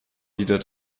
wieder